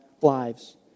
lives